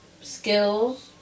skills